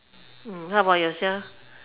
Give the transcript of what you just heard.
how about yourself